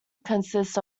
consists